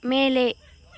மேலே